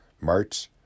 March